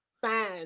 Fine